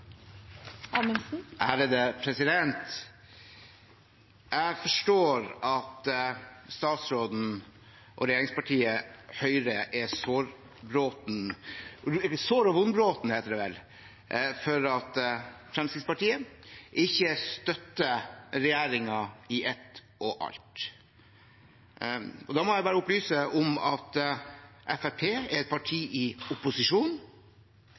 og vonbroten» over at Fremskrittspartiet ikke støtter regjeringen i ett og alt. Da må jeg bare opplyse om at Fremskrittspartiet er et parti i opposisjon.